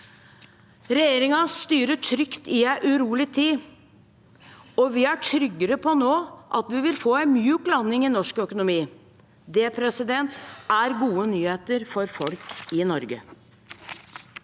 Regjeringen styrer trygt i en urolig tid, og vi er nå tryggere på at vi vil få en myk landing i norsk økonomi. Det er gode nyheter for folk i Norge.